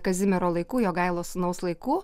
kazimiero laikų jogailos sūnaus laikų